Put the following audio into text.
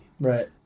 Right